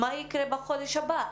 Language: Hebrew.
מה יקרה בחודש הבא?